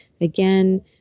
again